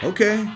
Okay